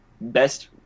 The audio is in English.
best